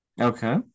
Okay